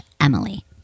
emily